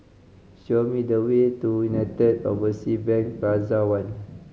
show me the way to United Oversea Bank Plaza One